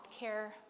healthcare